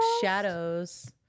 shadows